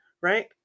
right